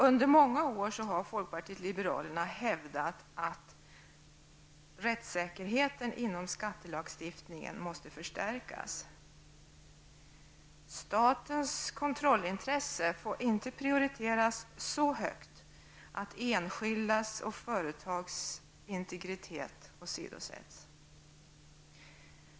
Under många år har folkpartiet liberalerna hävdat att rättssäkerheten inom skattelagstiftningen måste förstärkas. Statens kontrollintresse får inte prioriteras så högt att enskildas och företags integritet åsidosätts.